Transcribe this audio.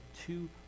two